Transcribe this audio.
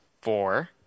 Four